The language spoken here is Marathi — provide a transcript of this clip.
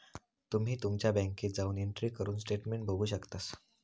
तुम्ही तुमच्या बँकेत जाऊन एंट्री करून स्टेटमेंट बघू शकतास